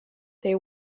they